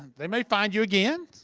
they may find you again.